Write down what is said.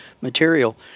material